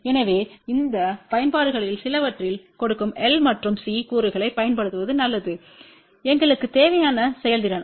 எனவே அந்த பயன்பாடுகளில் சிலவற்றில் கொடுக்கும் L மற்றும் C கூறுகளைப் பயன்படுத்துவது நல்லது எங்களுக்கு தேவையான செயல்திறன்